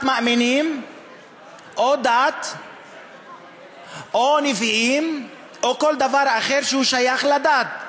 מאמינים או דת או נביאים או כל דבר אחר ששייך לדת.